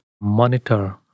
monitor